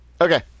Okay